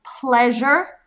pleasure